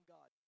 God